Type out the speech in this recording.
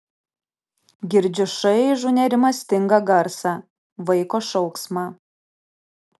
girdžiu šaižų nerimastingą garsą vaiko šauksmą